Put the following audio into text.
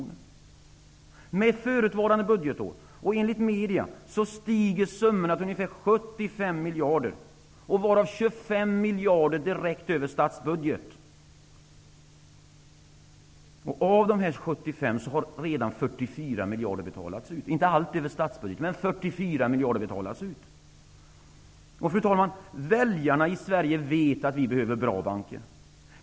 Med de förluster som redovisats förutvarande budgetår och i medierna stiger summorna till ca 75 miljarder, varav 25 miljarder direkt över statsbudgeten. Av dessa 75 miljarder har redan 44 miljarder betalats ut -- inte allt över statsbudgeten. Fru talman! Väljarna i Sverige vet att vi behöver bra banker.